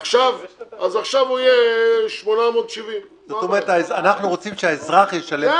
אז עכשיו הוא יהיה 870. אנחנו רוצים שהאזרח ישלם פחות.